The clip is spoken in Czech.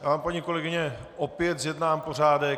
Já vám, paní kolegyně, opět zjednám pořádek.